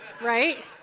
right